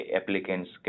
applicants